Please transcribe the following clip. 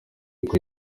uko